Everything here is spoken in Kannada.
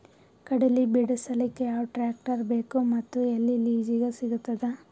ಕಡಲಿ ಬಿಡಸಕ್ ಯಾವ ಟ್ರ್ಯಾಕ್ಟರ್ ಬೇಕು ಮತ್ತು ಎಲ್ಲಿ ಲಿಜೀಗ ಸಿಗತದ?